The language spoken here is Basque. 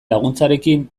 laguntzarekin